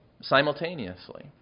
simultaneously